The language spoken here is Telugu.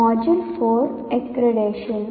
module 4 accreditation